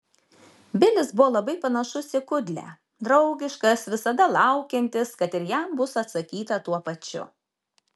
bilis buvo labai panašus į kudlę draugiškas visada laukiantis kad ir jam bus atsakyta tuo pačiu